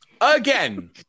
again